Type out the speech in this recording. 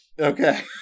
Okay